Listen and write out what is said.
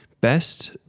best